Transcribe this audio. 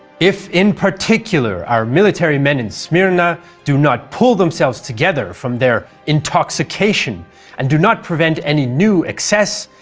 if in particular our military men in smyrna do not pull themselves together from their intoxication and do not prevent any new excess,